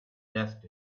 left